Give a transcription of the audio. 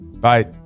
Bye